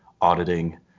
auditing